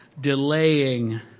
delaying